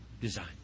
design